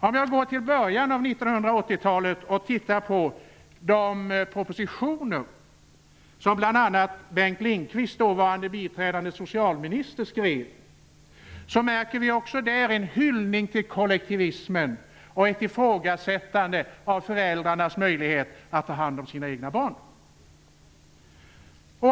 Om man går till början av 1980-talet och tittar på de propositioner som bl.a. dåvarande biträdande socialminister Bengt Lindqvist skrev, märker man också där en hyllning till kollektivismen och ett ifrågasättande av föräldrarnas möjlighet att ta hand om sina egna barn.